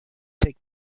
take